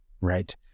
right